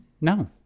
No